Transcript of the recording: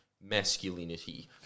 masculinity